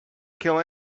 kill